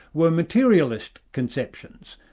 were materialist conceptions.